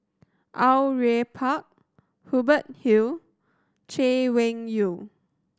Au Yue Pak Hubert Hill Chay Weng Yew